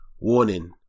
Warning